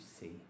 see